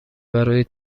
برای